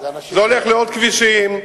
זה הולך לעוד כבישים,